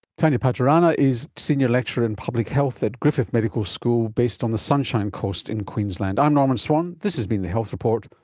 thanya pathirana is senior lecturer in public health at griffith medical school based on the sunshine coast in queensland. i'm norman swan, this has been the health report,